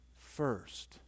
first